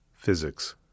Physics